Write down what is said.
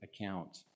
account